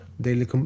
daily